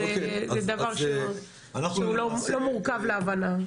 זה דבר שהוא לא מורכב להבנה.